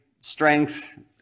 strength